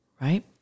right